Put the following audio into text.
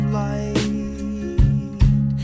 light